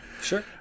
sure